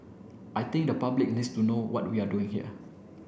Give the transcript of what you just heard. I think the public needs to know what we're doing here